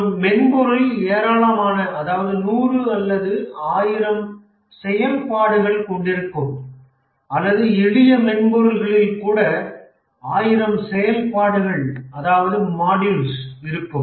ஒரு மென்பொருளில் ஏராளமான அதாவது 100 அல்லது 1000 செயல்பாடுகள் கொண்டிருக்கும் அல்லது எளிய மென்பொருள்களில் கூட 1000 செயல்பாடுகள் இருக்கும்